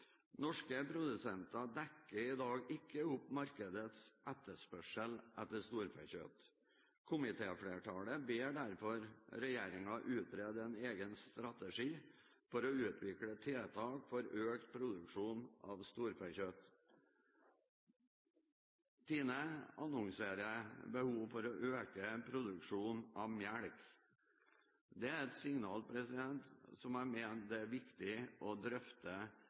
Norske produsenter dekker i dag ikke opp markedets etterspørsel etter storfekjøtt. Komitéflertallet ber derfor regjeringen utrede en egen strategi for å utvikle tiltak for økt produksjon av storfekjøtt. TINE annonserer behov for å øke produksjonen av melk. Det er et signal som jeg mener det er viktig å drøfte